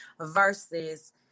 Versus